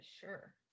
Sure